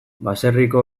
baserriko